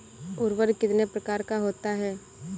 उर्वरक कितने प्रकार का होता है?